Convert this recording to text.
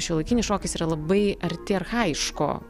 šiuolaikinis šokis yra labai arti archajiško